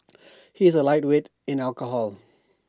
he is A lightweight in alcohol